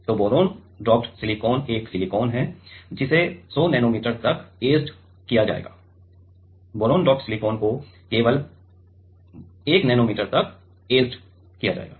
तो boron doped silicon एक silicon है जिसे 100 नैनोमीटर तक ऐचेड जाएगा बोरॉन डोप्ड सिलिकॉन को केवल 1 नैनोमीटर तक ऐचेड जाएगा